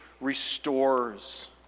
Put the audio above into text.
restores